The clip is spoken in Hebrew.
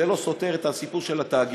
זה לא סותר את הסיפור של התאגידים.